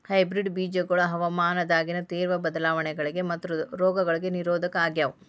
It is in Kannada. ಹೈಬ್ರಿಡ್ ಬೇಜಗೊಳ ಹವಾಮಾನದಾಗಿನ ತೇವ್ರ ಬದಲಾವಣೆಗಳಿಗ ಮತ್ತು ರೋಗಗಳಿಗ ನಿರೋಧಕ ಆಗ್ಯಾವ